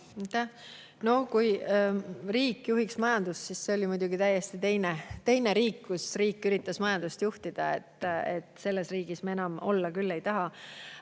No kui riik juhiks majandust … See oli muidugi täiesti teine riik, kus riik üritas majandust juhtida. Selles riigis me enam küll olla ei taha.